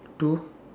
two